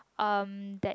um that